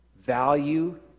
Value